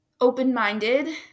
open-minded